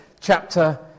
chapter